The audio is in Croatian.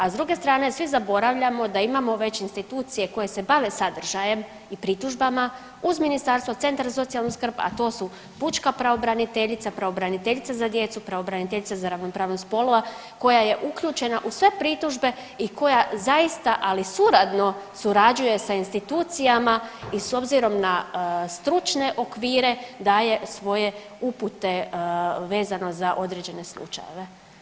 A s druge strane svi zaboravljamo da imamo već institucije koje se bave sadržajem i pritužbama uz ministarstvo, Centra za socijalnu skrb, a to su pučka pravobraniteljica, pravobraniteljica za djecu, pravobraniteljica za ravnopravnost spolova koja je uključena u sve pritužbe i koja zaista ali suradno surađuje sa institucijama i s obzirom na stručne okvire daje svoje upute vezano za određene slučajeve.